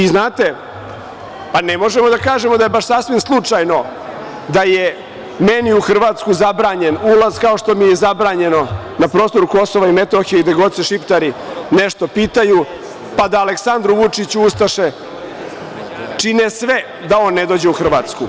Ne možemo da kažemo da je baš slučajno da je meni u Hrvatsku zabranjen ulaz, kao što mi je zabranjeno na prostoru Kosova i Metohije, gde god se Šiptari nešto pitaju, pa da Aleksandru Vučiću ustaše čine sve da on ne dođe u Hrvatsku.